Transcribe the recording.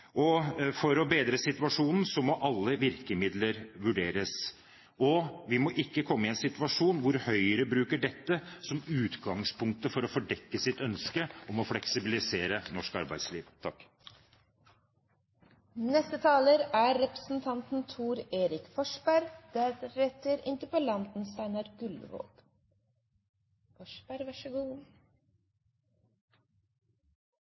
For å bedre situasjonen må alle virkemidler vurderes, og vi må ikke komme i en situasjon hvor Høyre bruker dette som utgangspunkt for å fordekke sitt ønske om å «fleksibilisere» norsk arbeidsliv.